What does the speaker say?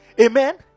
Amen